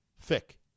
thick